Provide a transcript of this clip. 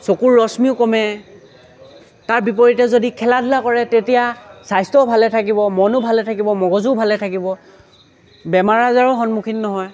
চকুৰ ৰশ্মিও কমে তাৰ বিপৰীতে যদি খেলা ধূলা কৰে তেতিয়া স্বাস্থ্যও ভালে থাকিব মনো ভালে থাকিব মগজো ভালে থাকিব বেমাৰ আজাৰো সন্মুখীন নহয়